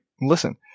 listen